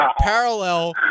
parallel